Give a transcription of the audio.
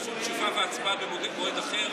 אפשר תשובה והצבעה במועד אחר?